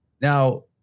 Now